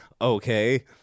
okay